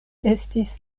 estis